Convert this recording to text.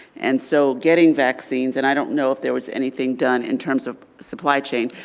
and so, getting vaccines, and i don't know if there was anything done in terms of supply chain.